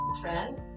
friend